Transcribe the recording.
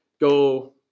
go